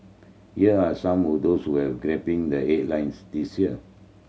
here are some of those which have grabbing the headlines this year